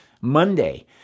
Monday